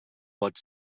pot